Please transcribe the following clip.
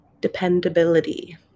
dependability